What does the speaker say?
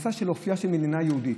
הנושא של אופייה של מדינה יהודית,